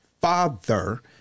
father